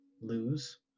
lose